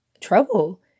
trouble